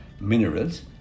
minerals